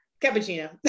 Cappuccino